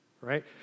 right